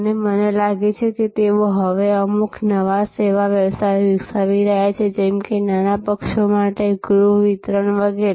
અને મને લાગે છે કે તેઓ હવે અમુક નવા સેવા વ્યવસાયો વિકસાવી રહ્યા છે જેમ કે નાના પક્ષો માટે ગૃહ વિતરણ વગેરે